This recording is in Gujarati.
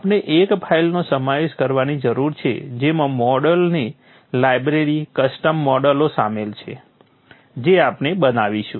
આપણે એક ફાઇલનો સમાવેશ કરવાની જરૂર છે જેમાં મોડેલોની લાઇબ્રેરી કસ્ટમ મોડેલો શામેલ છે જે આપણે બનાવીશું